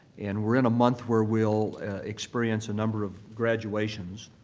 and we're in a month where we'll experience a number of graduations,